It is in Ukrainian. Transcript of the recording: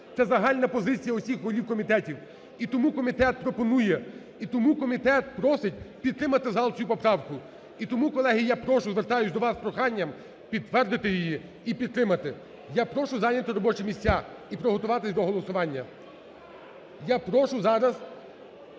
це загальна позиція усіх голів комітетів. І тому комітет пропонує, і тому комітет просить підтримати зал цю поправку. І тому, колеги, я прошу, звертаюся до вас із проханням підтвердити її і підтримати. Я прошу зайняти робочі місця і приготуватися до голосування. Я прошу зараз